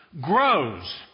grows